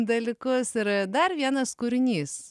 dalykus ir dar vienas kūrinys